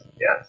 yes